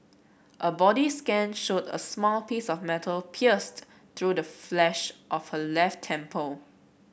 a body scan showed a small piece of metal pierced through the flesh of her left temple